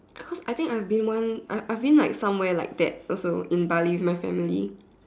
I think I've been one I've I've been like somewhere like that also in Bali with my family